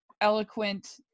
eloquent